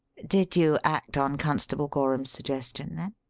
did you act on constable gorham's suggestion, then?